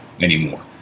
anymore